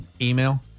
email